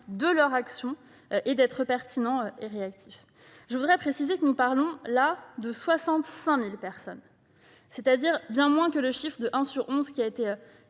en leur permettant d'être pertinents et réactifs. Je voudrais préciser que nous parlons là de 65 000 personnes, c'est-à-dire bien moins que le rapport de un sur onze évoqué